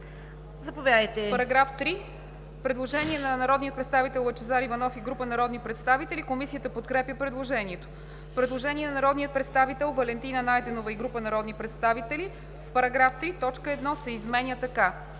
По параграф 21 има предложение на народния представител Лъчезар Иванов и група народни представители. Комисията подкрепя предложението. Предложение на народния представител Валентина Найденова и група народни представители: „В § 21 в създавания чл.